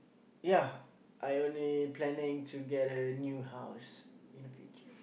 ya I only planning to get a new house in the future